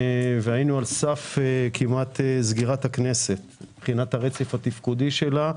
והיינו על סף כמעט סגירת הכנסת מבחינת הרצף התפקודי שלה.